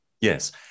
Yes